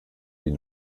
die